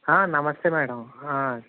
నమస్తే మ్యాడం